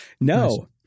No